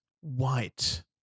white